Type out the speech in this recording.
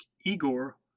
Igor